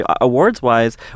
awards-wise